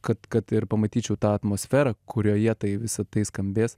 kad kad ir pamatyčiau tą atmosferą kurioje tai visa tai skambės